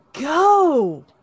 go